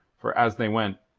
for as they went,